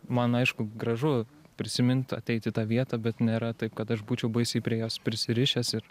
man aišku gražu prisimint ateit į tą vietą bet nėra taip kad aš būčiau baisiai prie jos prisirišęs ir